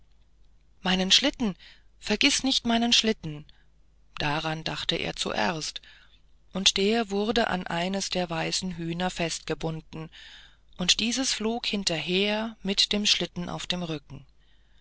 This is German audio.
meinen schlitten vergiß nicht meinen schlitten daran dachte er zuerst und der wurde an eines der weißen hühner festgebunden und dieses flog hinterher mit dem schlitten auf dem rücken